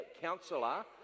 councillor